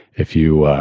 if you,